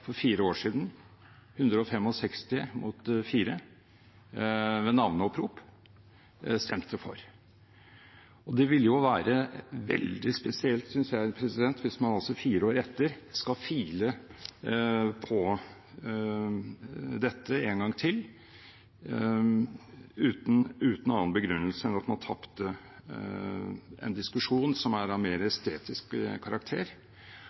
mot 4 stemmer, ved navneopprop. Det ville være veldig spesielt, synes jeg, hvis man fire år etter skal file på dette en gang til uten annen begrunnelse enn at man tapte en diskusjon som er av mer estetisk karakter,